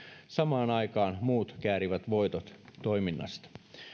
samaan aikaan muut käärivät voitot toiminnasta